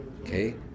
okay